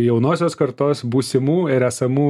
jaunosios kartos būsimų ir esamų